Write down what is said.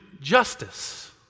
justice